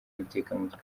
mutekamutwe